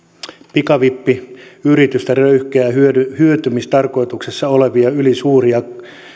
pikavippiyritysten röyhkeässä hyötymistarkoituksessa perimiä ylisuuria